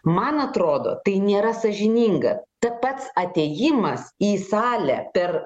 man atrodo tai nėra sąžininga ta pats atėjimas į salę per